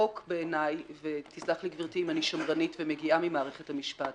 חוק בעיניי ותסלח לי גברתי אם אני שמרנית ומגיעה ממערכת המשפט